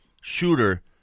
shooter